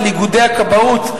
על איגודי הכבאות,